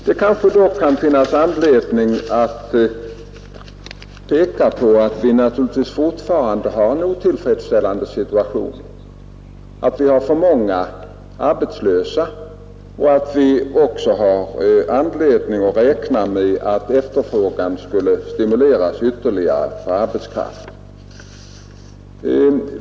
Det finns dock anledning påpeka att vi fortfarande har en otillfredsställande situation, att vi har för många arbetslösa och att efterfrågan på arbetskraft behöver stimuleras ytterligare.